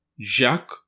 Jacques